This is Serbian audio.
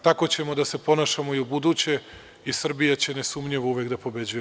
Tako ćemo da se ponašamo i ubuduće i Srbija će nesumnjivo uvek da pobeđuje.